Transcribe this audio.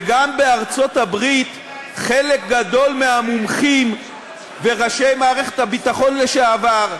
וגם בארצות-הברית חלק גדול מהמומחים וראשי מערכת הביטחון לשעבר,